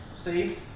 see